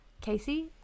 Casey